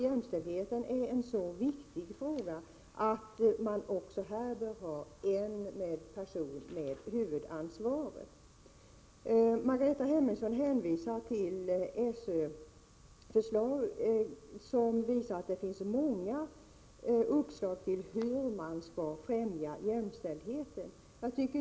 Jämställdheten är så viktig att vi anser att man här bör ha en person som bär huvudansvaret. Margareta Hemmingsson hänvisar till SÖ-förslaget som visar att det finns många uppslag om hur man skall främja jämställdheten.